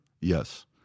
Yes